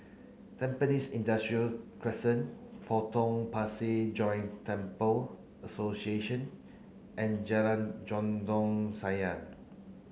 Tampines Industrial Crescent Potong Pasir Joint Temple Association and Jalan Dondang Sayang